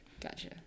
Gotcha